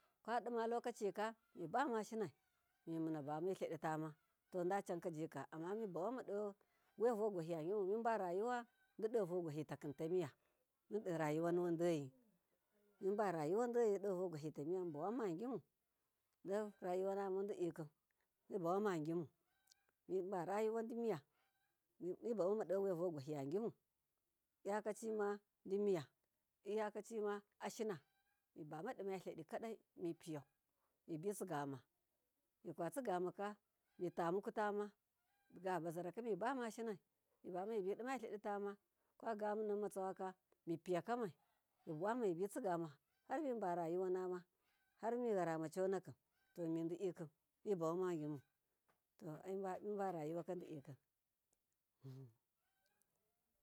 Kwadima lokacika mibamashinai mimunabamai haditama, dacankajika amma mibumama dowiyavogwahi yagimu mibarayuwadido vogwahitaki ta miya mundin rayuwa nuwun doyi muba rayuwa doyi dovogwahitamiya munba wanmagimu do rayuwa na madidiki mibama gimu mabarayuwa di miya mibamama dowiya vogwahiya gimu, lyakacimadi miya lyakacima ashina mubama dima todi kaɗai, mipiyau mibitsigama mikabitsigamaka mitamukutama digu bazaraka mibama shinai mibama mibi dima hadi tama, kwagamunan matsawaka mipiya kamai mibuwama mibitsigama harmiba rayuwa nama, harmi yarama conakim to midiɗikim mibamamagi mu miba rayuwaka diɗikin.